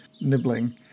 nibbling